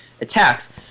attacks